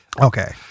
okay